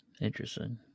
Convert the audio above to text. Interesting